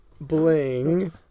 Bling